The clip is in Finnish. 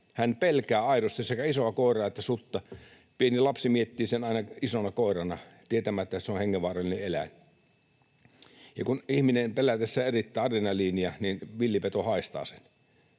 hän pelkää aidosti sekä isoa koiraa että sutta. Pieni lapsi miettii sen aina isona koirana, tietämättä että se on hengenvaarallinen eläin. Ja kun ihminen pelätessään erittää adrenaliinia, niin villipeto haistaa sen,